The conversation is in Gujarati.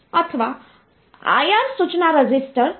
તેથી આ બાઈનરી નંબર સિસ્ટમમાં 723 નું રીપ્રેસનટેશન છે